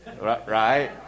right